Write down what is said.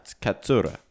Katsura